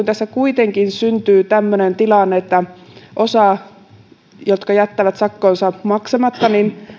tässä kuitenkin syntyy tämmöinen tilanne että osa niistä jotka jättävät sakkonsa maksamatta